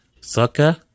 soccer